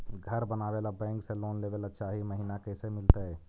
घर बनावे ल बैंक से लोन लेवे ल चाह महिना कैसे मिलतई?